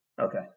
Okay